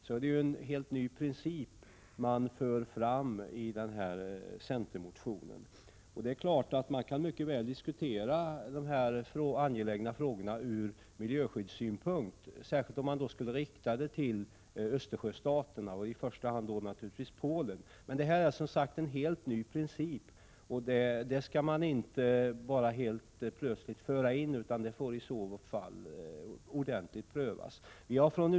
Det är en helt ny princip som man för fram i centermotionen. Man kan naturligtvis mycket väl diskutera dessa angelägna frågor ur miljöskyddssynpunkt, särskilt om exporten skulle riktas till Östersjöstaterna och då i första hand Polen. Men det är som sagt fråga om en helt ny princip, och den kan inte utan vidare föras in i garantisystemet utan måste först prövas ordentligt.